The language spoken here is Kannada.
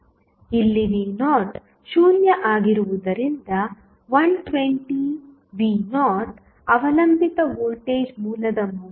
ಇಲ್ಲಿ v0 0 ಆಗಿರುವುದರಿಂದ 120 v0 ಅವಲಂಬಿತ ವೋಲ್ಟೇಜ್ ಮೂಲದ ಮೌಲ್ಯ 0 ಆಗಿರುತ್ತದೆ